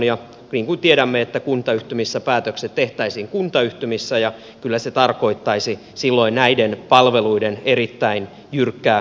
niin kuin tiedämme kuntayhtymissä päätökset tehtäisiin kuntayhtymissä ja kyllä se tarkoittaisi silloin näiden palveluiden erittäin jyrkkää keskittämistä